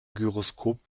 gyroskop